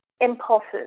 impulses